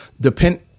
depend